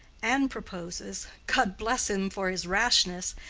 and proposes god bless him for his rashness!